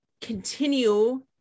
continue